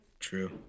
true